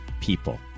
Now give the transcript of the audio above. people